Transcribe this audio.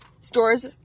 stores